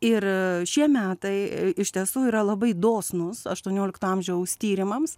ir šie metai iš tiesų yra labai dosnūs aštuoniolikto amžiaus tyrimams